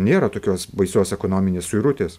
nėra tokios baisios ekonominės suirutės